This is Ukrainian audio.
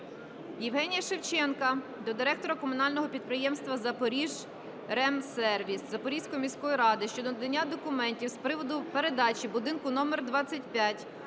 Євгенія Шевченка до директора комунального підприємства "Запоріжремсервіс" Запорізької міської ради щодо надання документів з приводу передачі будинку №25